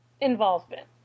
involvement